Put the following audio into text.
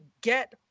get